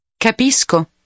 Capisco